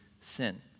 sin